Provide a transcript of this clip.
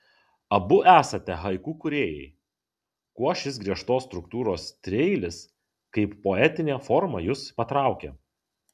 abu esate haiku kūrėjai kuo šis griežtos struktūros trieilis kaip poetinė forma jus patraukė